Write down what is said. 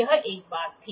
यह एक बात थी